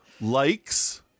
Likes